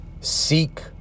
seek